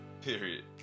period